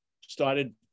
started